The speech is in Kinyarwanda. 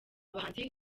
bahanzi